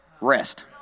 Rest